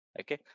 Okay